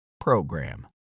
PROGRAM